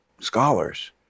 scholars